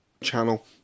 channel